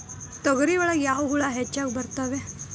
ತೊಗರಿ ಒಳಗ ಯಾವ ಹುಳ ಹೆಚ್ಚಾಗಿ ಬರ್ತವೆ?